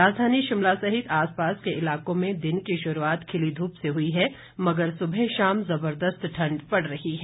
राजधानी शिमला सहित आसपास के इलाकों में दिन की शुरूआत खिली धूप से हुई है मगर सुबह शाम जबरदस्त ठंड पड़ रही है